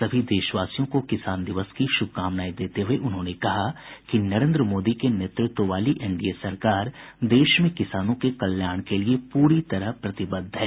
सभी देशवासियों को किसान दिवस की शुभकामनाएँ देते हुए उन्होंने कहा कि नरेंद्र मोदी को नेतृत्व वाली एनडीए सरकार देश में किसानों के कल्याण के लिए पूरी तरह प्रतिबद्ध है